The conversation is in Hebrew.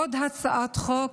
עוד הצעת חוק,